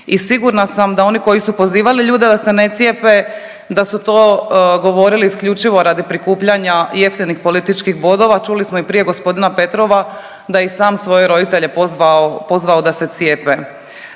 I sigurna sam da oni koji su pozivali ljude da se ne cijepe da su to govorili isključivo radi prikupljanje jeftinih političkih bodova. Čuli smo i prije g. Petrova da je i sam svoje roditelje pozvao, pozvao da se cijepe.